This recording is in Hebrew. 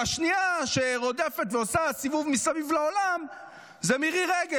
והשנייה שרודפת ועושה סיבוב מסביב לעולם זו מירי רגב.